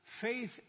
faith